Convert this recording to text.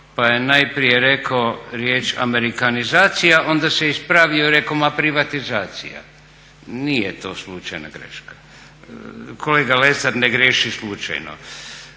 pa je najprije rekao riječ amerikanizacija, onda se ispravio i rekao ma privatizacija. Nije to slučajna greška, kolega Lesar ne griješi slučajno.